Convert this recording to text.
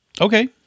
okay